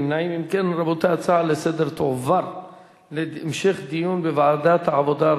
ההצעה להעביר את הנושא לוועדת העבודה,